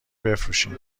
بفروشین